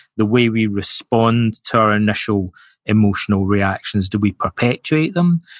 the way we respond to our initial emotional reactions. do we perpetuate them,